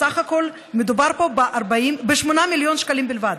בסך הכול מדובר פה ב-8 מיליון שקלים בלבד.